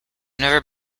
never